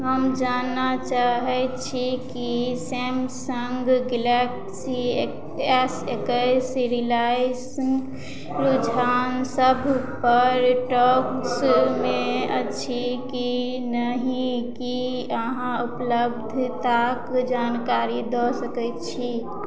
हम जानऽ चाहै छी की सैमसंग गैलेक्सी एस एकैस रिलायसन रुझान सभ पर स्टॉकमे अछि कि नहि की अहाँ उपलब्धताक जानकारी दऽ सकैत छी